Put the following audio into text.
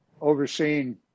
Overseeing